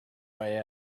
way